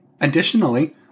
Additionally